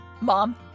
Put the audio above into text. Mom